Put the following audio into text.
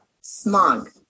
smog